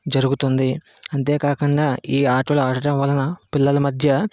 జరుగుతుంది అంతేకాకుండా ఈ ఆటలు ఆడటం వలన పిల్లల మధ్య